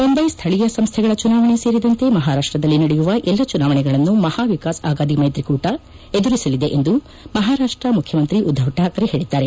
ಮುಂಬೆ ಸ್ವೀಯ ಸಂಸ್ಥೆಗಳ ಚುನಾವಣೆ ಸೇರಿದಂತೆ ಮಹಾರಾಷ್ಲದಲ್ಲಿ ನಡೆಯುವ ಎಲ್ಲ ಚುನಾವಣೆಗಳನ್ನು ಮಹಾ ವಿಕಾಸ್ ಆಗಾದಿ ಮೈತ್ರಿಕೂಟ ಎದುರಿಸಲಿದೆ ಎಂದು ಮಹಾರಾಷ್ಟ ಮುಖ್ಯಮಂತ್ರಿ ಉದ್ಧವ್ ಠಾಕ್ರೆ ಹೇಳದ್ದಾರೆ